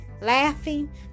laughing